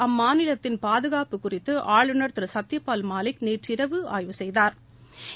அம்மாநிலத்தின் பாதுகாப்பு குறித்து ஆளுநர் திரு சத்யபால் மாலிக் நேற்றிரவு ஆய்வு செய்தாா்